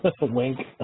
Wink